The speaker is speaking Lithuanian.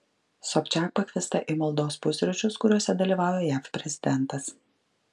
sobčiak pakviesta į maldos pusryčius kuriuose dalyvauja jav prezidentas